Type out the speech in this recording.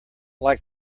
like